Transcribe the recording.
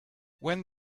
when